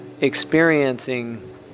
experiencing